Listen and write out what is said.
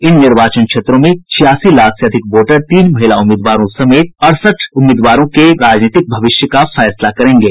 इन निर्वाचन क्षेत्रों में छियासी लाख से अधिक वोटर तीन महिला उम्मीदवारों समेत अड़सठ उम्मीदवारों के राजनीतिक भविष्य का फैसला करेंगे